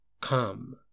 come